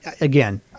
again